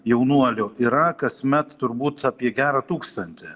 jaunuolių yra kasmet turbūt apie gerą tūkstantį